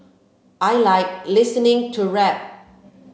I like listening to rap